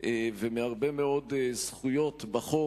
ומהרבה מאוד זכויות בחוק,